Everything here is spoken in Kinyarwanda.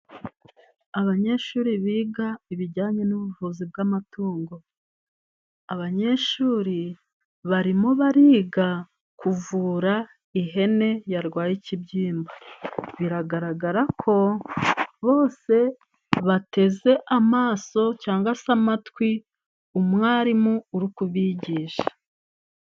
Abanyeshuri biga ibijyanye n'ubuvuzi bw'amatungo. Abanyeshuri barimo bariga kuvura ihene yarwaye ikibyimba. Biragaragara ko bose bateze amaso cyangwa se amatwi umwarimu uri kubigisha.